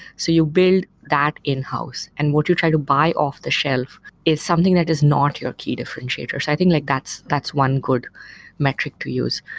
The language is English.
so you build that in-house, and what you try to buy off the shelf is something that is not your key differentiator. so i think like that's that's one good metric to use.